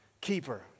keeper